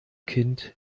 kind